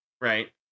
Right